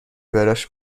براش